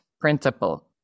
principle